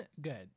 good